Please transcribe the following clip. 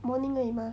morning 而已 mah